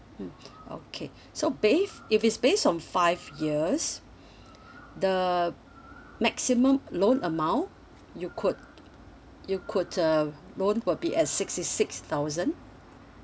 mmhmm okay so base if it's based on five years the maximum loan amount you could you could uh loan would be at sixty six thousand